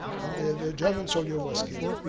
and the german soldier was killed.